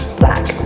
black